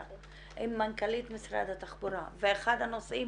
עם מנכ"לית משרד התחבורה ואחד הנושאים